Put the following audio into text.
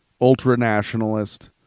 ultra-nationalist